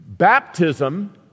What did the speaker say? Baptism